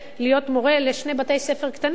להיות מורה לשני בתי-ספר קטנים.